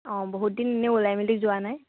অ বহুত দিন ইনে ওলাই মেলি যোৱা নাই